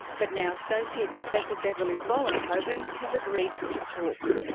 but now associate professor beverley vollenhoven has agreed to talk.